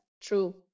true